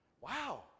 Wow